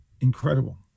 incredible